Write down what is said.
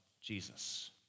Jesus